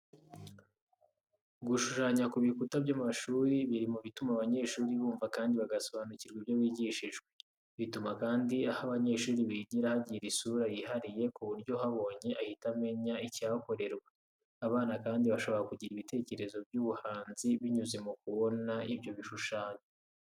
Gushushanya ku bikuta by'amashuri biri mu bituma abanyeshuri bumva kandi bagasobanukirwa ibyo bigishijwe. Bituma kandi aho abanyeshuri bigira hagira isura yihariye ku buryo uhabonye ahita amenya ikihakorerwa. Abana kandi bashobora kugira ibitekerezo by'ubuhanzi, binyuze mu kubona ibyo bishushanyo.